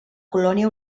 colònia